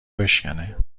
بشکنه